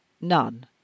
none